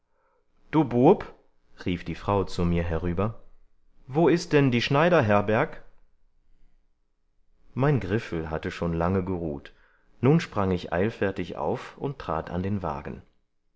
du bub rief die frau zu mir herüber wo ist denn die schneiderherberg mein griffel hatte schon lange geruht nun sprang ich eilfertig auf und trat an den wagen